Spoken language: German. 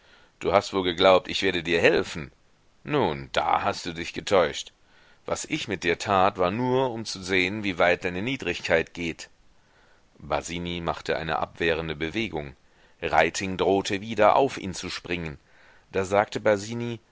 du hast wohl geglaubt ich werde dir helfen nun da hast du dich getäuscht was ich mit dir tat war nur um zu sehen wie weit deine niedrigkeit geht basini machte eine abwehrende bewegung reiting drohte wieder auf ihn zu springen da sagte